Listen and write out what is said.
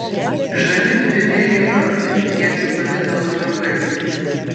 žali dvivėriai vartai iečių pavidalo virbais